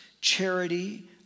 charity